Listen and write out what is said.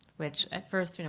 which at first, you know